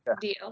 Deal